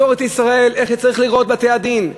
מסורת ישראל, איך צריכים להיראות בתי-הדין.